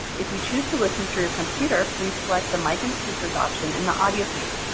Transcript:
if you choose to listen through your computer please select the mic and speakers option in the audio pane.